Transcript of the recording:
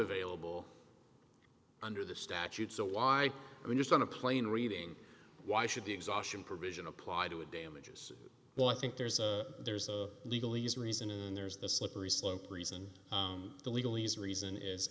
available under the statute so why are we just on a plane reading why should the exhaustion provision apply to a damages well i think there's a there's a legally use reason and there's the slippery slope reason the legal use reason